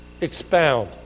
expound